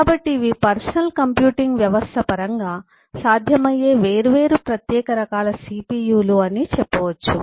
కాబట్టి ఇవి personal computing వ్యవస్థ పరంగా సాధ్యమయ్యే వేర్వేరు ప్రత్యేక రకాల సిపియులు అని చెప్పవచ్చు